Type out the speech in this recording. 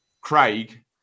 Craig